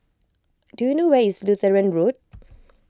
do you know where is Lutheran Road